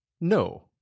No